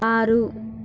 ఆరు